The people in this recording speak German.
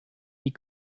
die